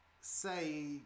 say